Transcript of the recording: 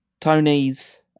Tony's